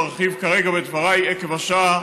לא ארחיב כרגע בדבריי עקב השעה,